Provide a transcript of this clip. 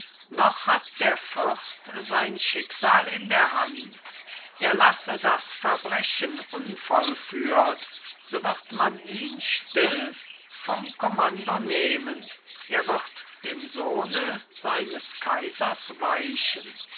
noch hat der fürst sein schicksal in der hand er lasse das verbrechen unvollführt so wird man ihn still vom kommando nehmen er wird dem sohne seines kaisers weichen